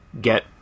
get